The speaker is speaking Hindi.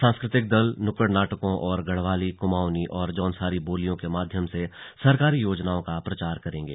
सांस्कृ तिक दल नुक्कड़ नाटकों और गढ़वाली कमाऊंनी और जौनसारी बोलियों के माध्यम से सरकारी योजनाओं का प्रचार करेंगे